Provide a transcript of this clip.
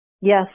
Yes